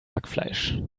hackfleisch